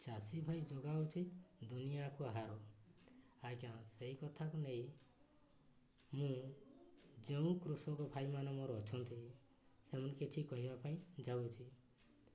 ଚାଷୀ ଭାଇ ଯୋଗାଉଛି ଦୁନିଆକୁ ଆହାର ଆଜ୍ଞା ସେଇ କଥାକୁ ନେଇ ମୁଁ ଯେଉଁ କୃଷକ ଭାଇମାନେ ମୋର ଅଛନ୍ତି ସେମାନେ କିଛି କହିବା ପାଇଁ ଯାଉଅଛି